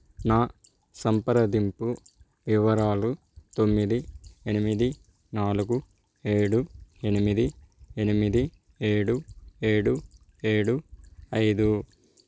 నా సంప్రదింపు వివరాలు తొమ్మిది ఎనిమిది నాలుగు ఏడు ఎనిమిది ఎనిమిది ఏడు ఏడు ఏడు ఐదు